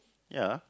ya